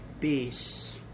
peace